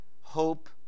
hope